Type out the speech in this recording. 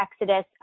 exodus